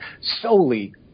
solely